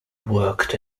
worked